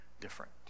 different